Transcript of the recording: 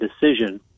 decision